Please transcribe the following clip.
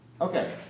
Okay